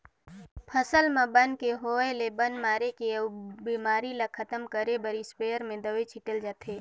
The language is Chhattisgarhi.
फसल म बन के होय ले बन मारे के अउ बेमारी ल खतम करे बर इस्पेयर में दवई छिटल जाथे